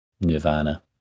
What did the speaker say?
nirvana